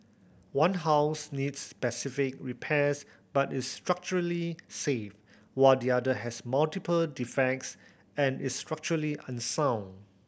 one house needs specific repairs but is structurally safe while the other has multiple defects and is structurally unsound